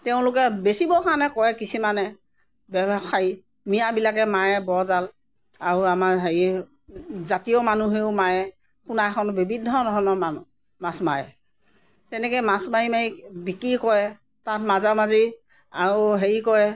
তেওঁলোকে বেচিবও কাৰণে কৰে কিছুমানে ব্যৱসায়ী মিঞাবিলাকে মাৰে বৰজাল আৰু আমাৰ হেৰি জাতীয় মানুহেও মাৰে সোণাইখন বিবিধ ধৰণৰ মানুহ মাছ মাৰে তেনেকেই মাছ মাৰি মাৰি বিক্ৰী কৰে তাত মাজে মাজেই আৰু হেৰি কৰে